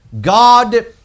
God